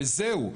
וזהו.